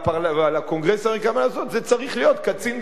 ולקונגרס האמריקני מה לעשות זה צריך להיות קצין בצה"ל,